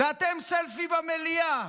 ואתם, סלפי במליאה,